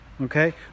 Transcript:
okay